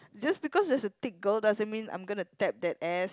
just because there is a thick girl doesn't mean I'm gonna tap that ass